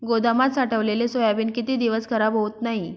गोदामात साठवलेले सोयाबीन किती दिवस खराब होत नाही?